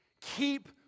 Keep